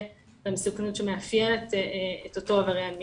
למסוכנות שמאפיינת את אותו עבריין מין.